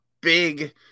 big